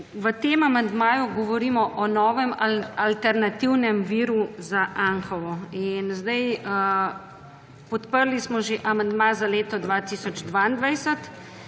v tem amandmaju govorimo o novem alternativnem viru za Anhovo. Podprli smo že amandma za leto 2022.